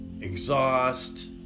exhaust